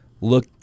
look